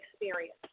experience